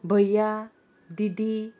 भया दिदी